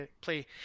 play